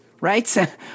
right